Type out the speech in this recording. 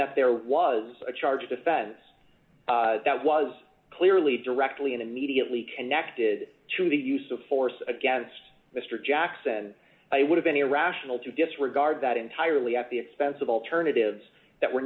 that there was a charge a defense that was clearly directly and immediately connected to the use of force against mr jackson and i would have been irrational to disregard that entirely at the expense of alternatives that were